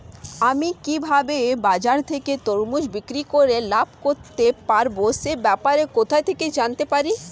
আমি কিভাবে বাজার থেকে তরমুজ বিক্রি করে লাভ করতে পারব সে ব্যাপারে কোথা থেকে জানতে পারি?